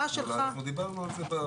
אנחנו דיברנו על זה.